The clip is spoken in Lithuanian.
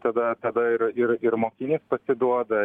tada tada ir ir ir mokinys pasiduoda